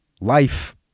life